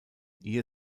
ihr